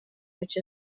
which